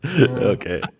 Okay